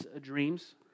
dreams